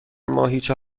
ماهیچه